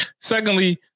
Secondly